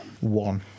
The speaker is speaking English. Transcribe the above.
One